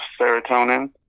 serotonin